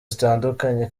zitandukanye